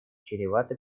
чреваты